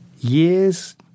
years